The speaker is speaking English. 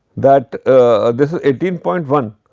that ah this is eighteen point one,